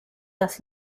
das